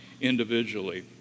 individually